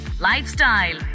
Lifestyle